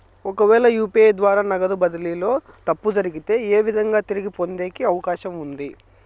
ఒకవేల యు.పి.ఐ ద్వారా నగదు బదిలీలో తప్పు జరిగితే, ఏ విధంగా తిరిగి పొందేకి అవకాశం ఉంది?